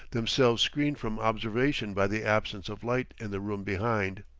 themselves screened from observation by the absence of light in the room behind.